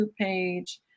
page